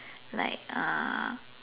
like uh